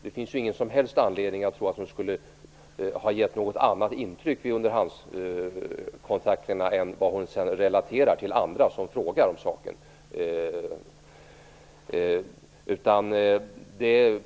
Det finns ingen som helst anledning att tro att hon skulle ha gett något annat intryck vid underhandskontakterna än vad hon ger andra som frågar om saken.